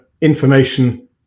information